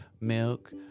Milk